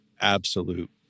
absolute